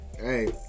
Hey